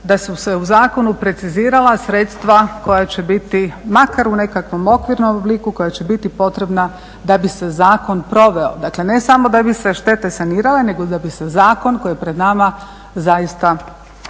da su se u zakonu precizirala sredstva koja će biti makar u nekom okvirnom obliku koja će biti potrebna da bi se zakon proveo, dakle ne samo da bi se štete sanirale nego da bi se zakon koji je pred nama zaista i proveo.